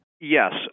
Yes